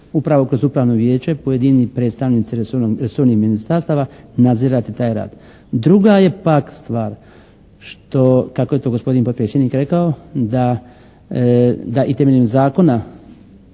upravo kroz Upravno vijeće pojedini predstavnici resornih ministarstava nadzirati taj rad. Druga je pak stvar što kako je to gospodin potpredsjednik rekao da i temeljem zakona